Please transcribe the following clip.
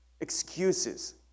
excuses